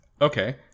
Okay